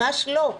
ממש לא.